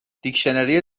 دیکشنری